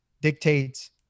dictates